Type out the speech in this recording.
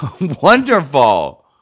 Wonderful